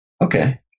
okay